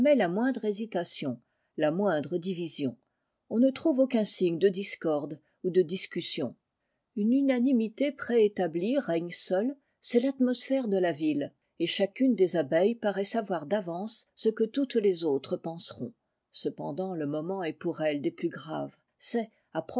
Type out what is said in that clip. la moindre hésitation la moindre division on ne trouve aucun signe de discorde ou de discussion une unanimité préétablie règne seule c'est l'atmosphère de la ville et chacune des abeilles jparait savoir d'avance ce que toutes les autres penseront cependant le moment est pour elles des plus graves c'est